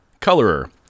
colorer